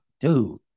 Dude